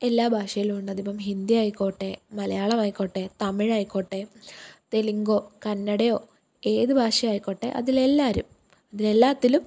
എല്ലാ ഭാഷയിലും ഉണ്ട് അതിപ്പം ഹിന്ദി ആയിക്കോട്ടെ മലയാളമായിക്കോട്ടെ തമിഴായിക്കോട്ടെ തെലുങ്കൊ കന്നഡയൊ ഏത് ഭാഷയൊ ആയിക്കോട്ടെ അതിലെല്ലാവരും ഇതിലെല്ലാത്തിലും